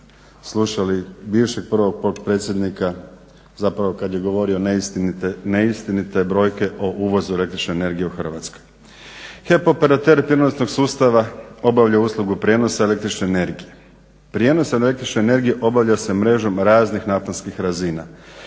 HEP operater prijenosnog sustava obavlja uslugu prijenosa električne energije. Prijenos električne energije obavlja se mrežom raznih naponskih razina.